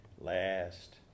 last